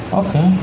okay